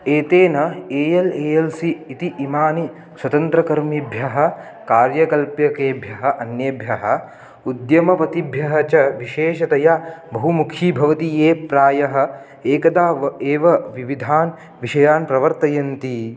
एतेन A L A L C इति इमानि स्वतन्त्रकर्मिभ्यः कार्यकल्प्यकेभ्यः अन्येभ्यः उद्यमपतिभ्यः च विशेषतया बहुमुखी भवति ये प्रायः एकदा वा एव विविधान् विषयान् प्रवर्तयन्ति